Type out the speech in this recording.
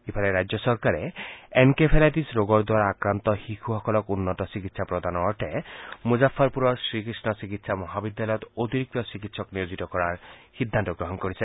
ইফালে ৰাজ্য চৰকাৰে এনকেফেলাইটিছ ৰোগৰ দ্বাৰা আক্ৰান্ত শিশুসকলক উন্নত চিকিৎসা প্ৰদানৰ অৰ্থে মুজফ্ফপুৰৰ শ্ৰীকৃষ্ণ চিকিৎসা মহাবিদ্যালয়ত অতিৰিক্ত চিকিৎসক নিয়োজিত কৰাৰ সিদ্ধান্ত গ্ৰহণ কৰিছে